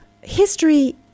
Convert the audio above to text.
history